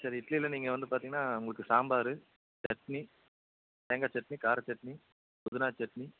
sir இட்லியில் நீங்கள் வந்து பார்த்தீங்கன்னா உங்களுக்கு சாம்பார் சட்னி தேங்காய் சட்னி கார சட்னி புதினா சட்னி